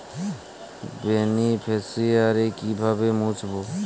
Beneficiary কিভাবে মুছব?